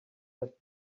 have